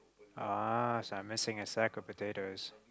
ah so I'm missing a sack of potatoes